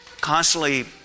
constantly